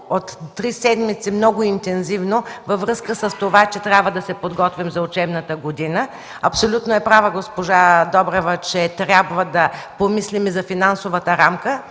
от три седмици много интензивно във връзка с това, че трябва да се подготвим за учебната година. Госпожа Добрева е абсолютно права, че трябва да помислим за финансовата рамка.